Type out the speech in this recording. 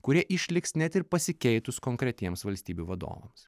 kurie išliks net ir pasikeitus konkretiems valstybių vadovams